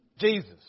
Jesus